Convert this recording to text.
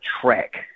track